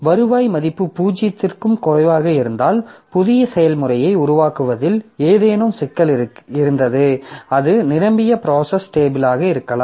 வருவாய் மதிப்பு 0 க்கும் குறைவாக இருந்தால் புதிய செயல்முறையை உருவாக்குவதில் ஏதேனும் சிக்கல் இருந்தது அது நிரம்பிய ப்ராசஸ் டேபிளாக இருக்கலாம்